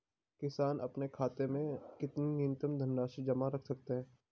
किसान अपने खाते में कितनी न्यूनतम धनराशि जमा रख सकते हैं?